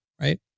right